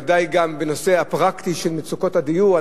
ודאי גם בנושא הפרקטי של מצוקות הדיור.